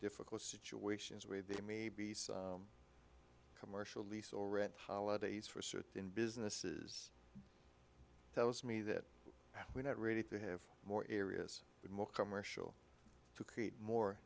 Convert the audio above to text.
difficult situations where they may be commercial lease or rent holidays for certain businesses tells me that we're not ready to have more areas with more commercial to create more